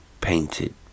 painted